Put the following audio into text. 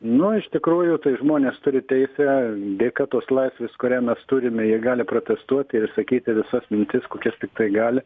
nu iš tikrųjų tai žmonės turi teisę dėka tos laisvės kurią mes turime jie gali protestuoti ir išsakyti visas mintis kokias tiktai gali